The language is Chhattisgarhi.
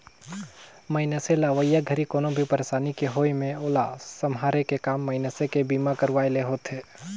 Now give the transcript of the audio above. मइनसे ल अवइया घरी कोनो भी परसानी के होये मे ओला सम्हारे के काम मइनसे के बीमा करवाये ले होथे